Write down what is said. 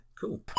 cool